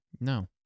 no